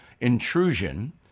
intrusion